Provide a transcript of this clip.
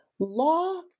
law